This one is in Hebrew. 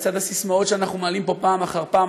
לצד הססמאות שאנחנו מעלים פה פעם אחר פעם,